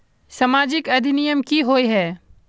सामाजिक अधिनियम की होय है?